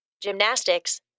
gymnastics